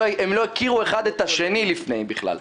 הם לא הכירו האחד את השני לפני הישיבה הזאת,